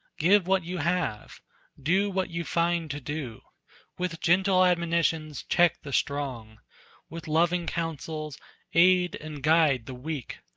give what you have do what you find to do with gentle admonitions check the strong with loving counsels aid and guide the weak,